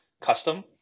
custom